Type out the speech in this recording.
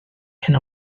hyn